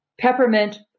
peppermint